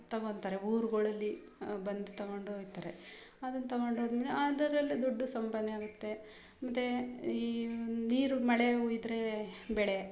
ತೊಗೋತಾರೆ ಊರುಗಳಲ್ಲಿ ಬಂದು ತಗೊಂಡು ಹೋಯ್ತಾರೆ ಅದನ್ನು ತಗೊಂಡು ಹೋದ್ಮೇಲ್ ಅದರಲ್ಲಿ ದುಡ್ಡು ಸಂಪಾದನೆ ಆಗುತ್ತೆ ಮತ್ತು ಈ ನೀರು ಮಳೆ ಹುಯ್ದ್ರೆ ಬೆಳೆ